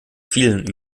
vielen